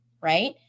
right